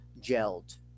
gelled